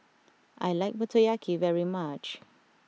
I like Motoyaki very much